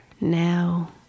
now